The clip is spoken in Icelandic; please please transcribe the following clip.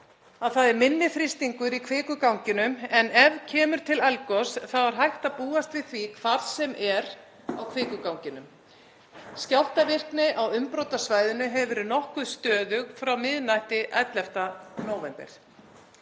það er minni þrýstingur í kvikuganginum en ef það kemur til eldgoss er hægt að búast við því hvar sem er á kvikuganginum. Skjálftavirkni á umbrotasvæðinu hefur verið nokkuð stöðug frá miðnætti 11. nóvember.